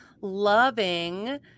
loving